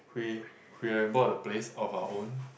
we we have bought a place of our own